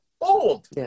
old